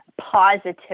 positive